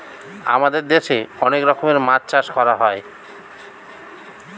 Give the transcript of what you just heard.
আমাদের দেশে অনেক রকমের মাছ চাষ করা হয়